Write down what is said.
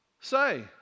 say